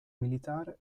militare